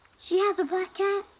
she has a black cat.